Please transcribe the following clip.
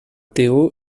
teo